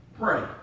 Pray